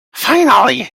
finally